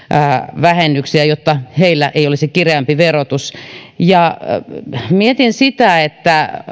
vähennyksiä kasvattaa jotta heillä ei olisi kireämpi verotus mietin sitä että